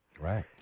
right